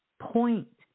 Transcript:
point